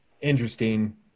interesting